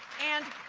and